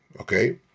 Okay